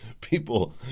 people